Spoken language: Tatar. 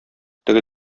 теге